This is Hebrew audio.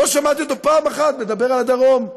לא שמעתי אותו פעם אחת מדבר על הדרום.